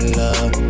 love